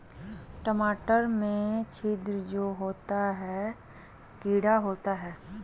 टमाटर में छिद्र जो होता है किडा होता है?